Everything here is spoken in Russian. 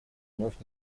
вновь